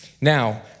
Now